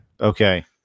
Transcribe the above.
Okay